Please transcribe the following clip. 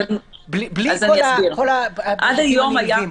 בלי כל הדברים הנלווים.